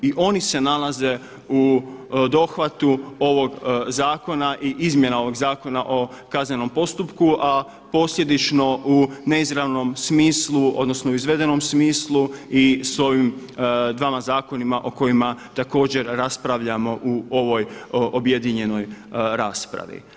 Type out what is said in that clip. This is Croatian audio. I oni se nalaze u dohvatu ovog zakona i izmjena ovog Zakona o kaznenom postupku, a posljedično u neizravnom smislu odnosno u izvedenom smislu i s ovim dvama zakonima o kojima također raspravljamo u ovoj objedinjenoj raspravi.